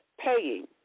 paying